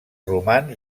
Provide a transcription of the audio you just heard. romans